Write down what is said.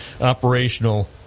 operational